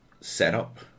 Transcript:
setup